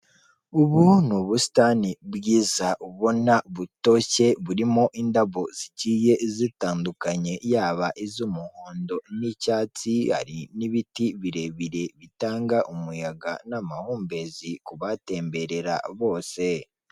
Inoti z'amafaranga ya rimwe y'Amashinwa hariho isura y'umuntu n'amagambo yo mu gishinwa n'imibare isanzwe.